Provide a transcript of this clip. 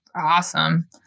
awesome